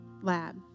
lab